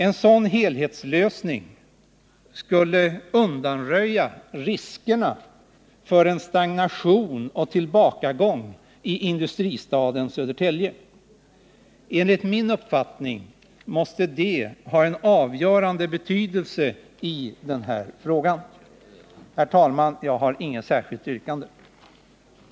En sådan helhetslösning skulle undanröja riskerna för stagnation och tillbakagång i industristaden Södertälje. Enligt min uppfattning måste det ha en avgörande betydelse i den här frågan. Herr talman! Jag har inget särskilt yrkande. följande resultat: